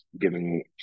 giving